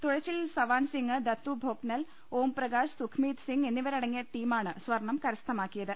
തുഴച്ചിലിൽ സവാൻസിംഗ് ദത്തു ഭോക്നൽ ഓംപ്രകാശ് സുഖ്മീത് സിംഗ് എന്നീവരടങ്ങിയ ടീമാണ് സ്വർണം കരസ്ഥമാക്കിയത്